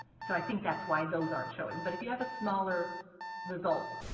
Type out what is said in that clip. so i think that's why those are showing but if you have smaller results,